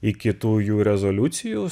iki tų jų rezoliucijų